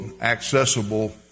accessible